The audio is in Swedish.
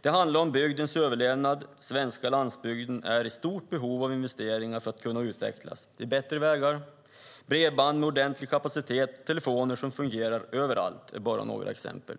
Det handlar om bygdens överlevnad. Den svenska landsbygden är i stort behov av investeringar för att kunna utvecklas. Bättre vägar, bredband med ordentlig kapacitet och telefoner som fungerar överallt är bara några exempel.